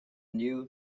new